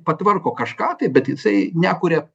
patvarko kažką tai bet jisai nekuria